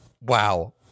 Wow